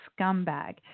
scumbag